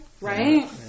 Right